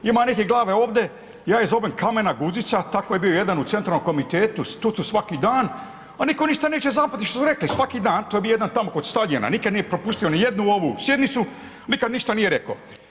Ima neke glave ovde ja ih zovem kamena guzica, tako je bio jedan u Centralnom komitetu tu su svaki dan, a nitko ništa neće zapamtit što smo rekli, svaki dan, to je bio jedna tamo kod stadiona, nikad nije propustio ni jednu ovu sjednicu, nikad ništa nije reko.